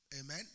Amen